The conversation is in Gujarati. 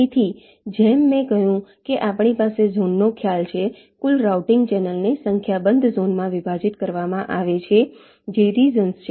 તેથી જેમ મેં કહ્યું કે આપણી પાસે ઝોનનો ખ્યાલ છે કુલ રાઉટિંગ ચેનલને સંખ્યાબંધ ઝોનમાં વિભાજિત કરવામાં આવે છે જે રિજન્સ છે